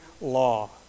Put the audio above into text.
law